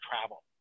travel